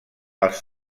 els